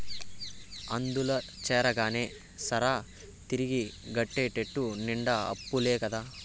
అందుల చేరగానే సరా, తిరిగి గట్టేటెట్ట నిండా అప్పులే కదా